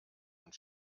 und